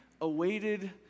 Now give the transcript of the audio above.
awaited